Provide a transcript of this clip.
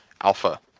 Alpha